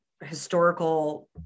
historical